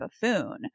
buffoon